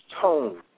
tone